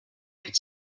could